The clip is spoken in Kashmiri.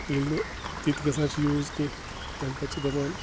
ییٚلہِ نہٕ تِتہِ گژھان چھِ یوٗز کیٚنٛہہ تَمہِ پَتہٕ چھِ دَپان